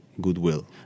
goodwill